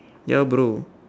ya bro